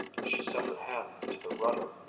she set her hand to the rudder!